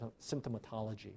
symptomatology